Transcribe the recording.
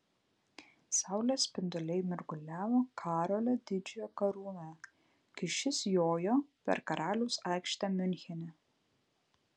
saulės spinduliai mirguliavo karolio didžiojo karūnoje kai šis jojo per karaliaus aikštę miunchene